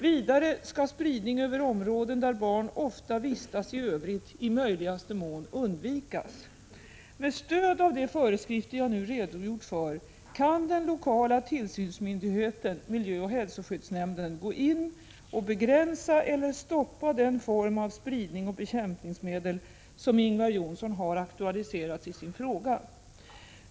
Vidare skall spridning över områden där barn ofta vistas i övrigt i möjligaste mån undvikas. Med stöd av de föreskrifter jag nu har redogjort för kan den lokala tillsynsmyndigheten, miljöoch hälsoskyddsnämnden, gå in och begränsa eller stoppa den form av spridning av bekämpningsmedel som Ingvar Johnsson har aktualiserat i sin fråga.